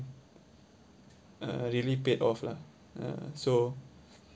uh really paid off lah ya so